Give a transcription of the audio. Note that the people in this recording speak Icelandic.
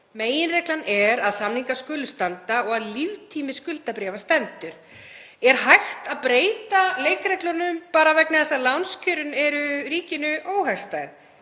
Meginreglan er að samningar skuli standa og að líftími skuldabréfa standi. Er hægt að breyta leikreglunum bara vegna þess að lánskjörin eru ríkinu óhagstæð?